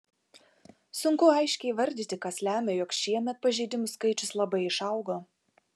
sunku aiškiai įvardyti kas lemia jog šiemet pažeidimų skaičius labai išaugo